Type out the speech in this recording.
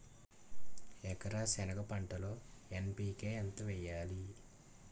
ఎకర సెనగ పంటలో ఎన్.పి.కె ఎంత వేయాలి?